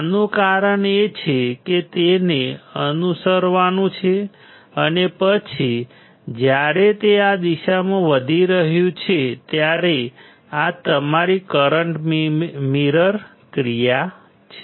આનું કારણ એ છે કે તેને અનુસરવાનું છે અને પછી જ્યારે તે આ દિશામાં વધી રહ્યું છે ત્યારે આ તમારી કરંટ મિરર ક્રિયા છે